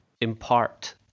impart